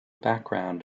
background